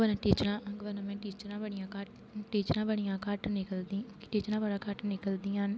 government टीचरां बडियां घट्ट टीचरां बडियां घट्ट निकलदियां टीचरा बड़ी घट्ट निकलदियां टीचरां